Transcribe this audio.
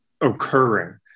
occurring